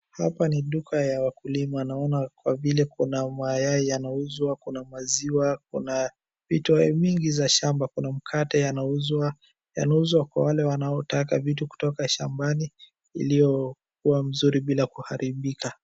Hapa ni duka ya wakulima, naona kwa vile kuna mayai yanauzwa, kuna maziwa, kuna vitoe mingi za shamba. Kuna mkate yanauzwa, yanauzwa kwa wale wanaotaka vitu kutoka shambani, iliyokuwa mzuri bila kuharibika.